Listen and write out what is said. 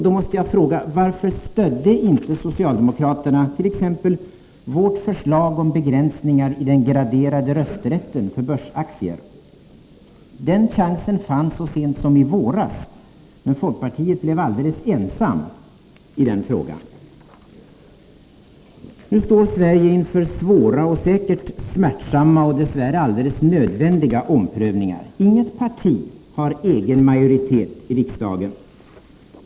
Då måste jag fråga: Varför stödde inte socialdemokraterna t.ex. vårt förslag om begränsningar i den graderade rösträtten för börsaktier? Den chansen fanns så sent som i våras, men folkpartiet blev alldeles ensamt i den frågan. Nu står Sverige inför svåra och säkert smärtsamma och dess värre alldeles nödvändiga omprövningar. Inget parti har egen majoritet i riksdagen.